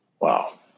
Wow